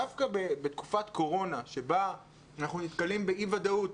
דווקא בתקופת קורונה בה אנחנו נתקלים באי ודאות